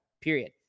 period